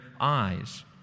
eyes